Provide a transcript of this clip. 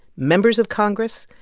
members of congress,